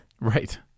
Right